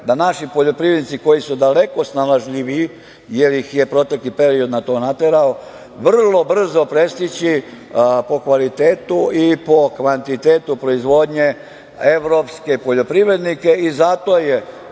da naši poljoprivrednici koji su daleko snalažljiviji, jer ih je protekli period na to naterao, vrlo brzo prestići po kvalitetu i kvantitetu proizvodnje evropske poljoprivrednike. Zato je